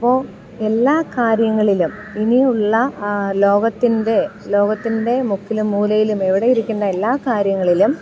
അപ്പോൾ എല്ലാ കാര്യങ്ങളിലും ഇനിയുള്ള ലോകത്തിൻ്റെ ലോകത്തിൻ്റെ മുക്കിലും മൂലയിലും എവിടെ ഇരിക്കുന്ന എല്ലാ കാര്യങ്ങളിലും